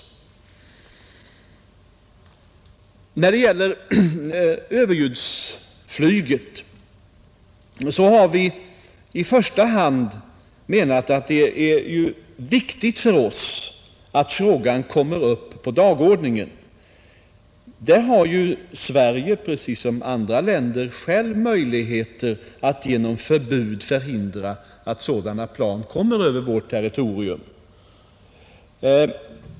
När det gäller överljudsflyget har vi i första hand menat att det är viktigt för oss att frågan kommer upp på dagordningen. Sverige har ju precis som andra länder självt möjligheter att genom förbud förhindra att sådana plan kommer över vårt territorium.